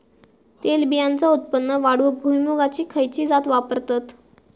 तेलबियांचा उत्पन्न वाढवूक भुईमूगाची खयची जात वापरतत?